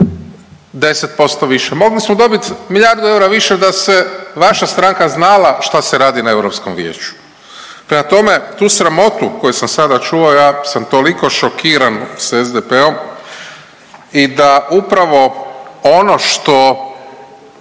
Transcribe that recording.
10% više. Mogli smo dobit milijardu eura više da se vaša stranaka znala šta se radi na Europskom vijeću. Prema tome, tu sramotu koju sam sada čuo ja sam toliko šokiran s SDP-om i da upravo ono što